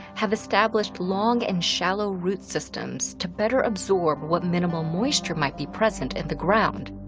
have established long and shallow root systems to better absorb what minimal moisture might be present in the ground.